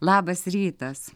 labas rytas